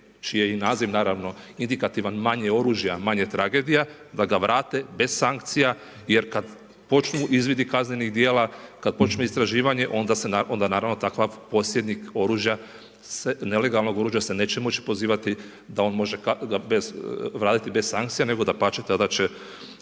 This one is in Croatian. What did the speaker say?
čiji je i naziv naravno indikativan, manje oružja, manje tragedija da ga vrate bez sankcija jer kada počnu izvidi kaznenih djela, kada počne istraživanje onda naravno takav posjednik oružja, nelegalnog oružja se neće moći pozivati da on može bez, vratiti bez sankcija nego dapače tada će